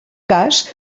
cas